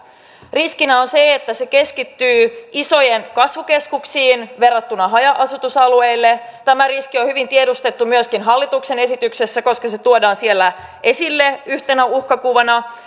riskinä on se että se keskittyy isoihin kasvukeskuksiin verrattuna haja asutusalueille tämä riski on on hyvin tiedostettu myöskin hallituksen esityksessä koska se tuodaan siellä esille yhtenä uhkakuvana